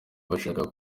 bashaka